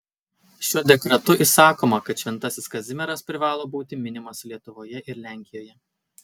šiuo dekretu įsakoma kad šventasis kazimieras privalo būti minimas lietuvoje ir lenkijoje